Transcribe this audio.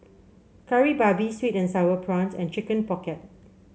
Kari Babi sweet and sour prawns and Chicken Pocket